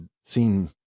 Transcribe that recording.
seen